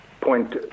point